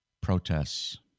protests